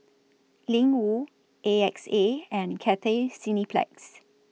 Ling Wu A X A and Cathay Cineplex